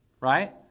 right